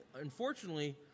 unfortunately